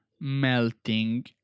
melting